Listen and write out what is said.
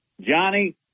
Johnny